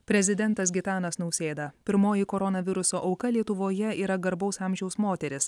prezidentas gitanas nausėda pirmoji koronaviruso auka lietuvoje yra garbaus amžiaus moteris